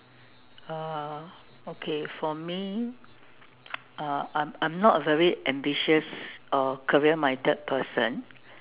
uh okay for me uh I'm I'm not a very ambitious uh career minded person